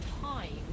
time